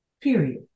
period